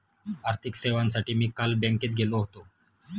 आर्थिक सेवांसाठी मी काल बँकेत गेलो होतो